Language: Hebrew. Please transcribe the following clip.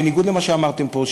בניגוד למה שאמרתם פה,